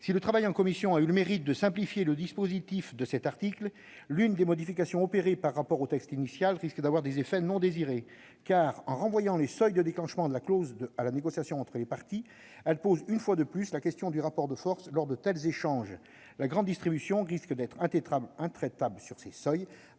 Si le travail en commission a eu le mérite de simplifier le dispositif retenu, l'une des modifications opérées par rapport au texte initial risque d'avoir des effets non désirés : en renvoyant les seuils de déclenchement de la clause à la négociation entre les parties, elle pose une fois de plus la question du rapport de force lors de tels échanges. La grande distribution risque d'être intraitable sur ses seuils,